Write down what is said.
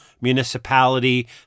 municipality